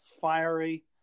fiery